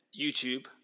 YouTube